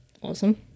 Awesome